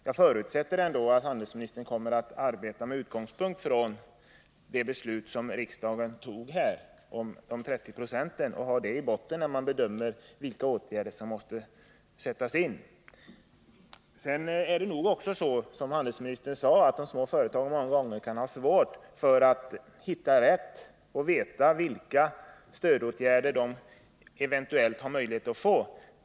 Jag förutsätter ändå att handelsministern kommer att arbeta med utgångspunkt i det beslut om de 30 procenten som riksdagen fattade och lägger det beslutet till grund vid bedömningen av vilka åtgärder som måste sättas in. Det är som handelsministern sade också så, att de små företagen ofta kan ha svårt att hitta rätt bland stödåtgärderna och veta vilka stöd de eventuellt har möjlighet att få.